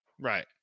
Right